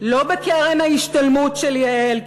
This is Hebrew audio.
לא בקרן ההשתלמות של יעל,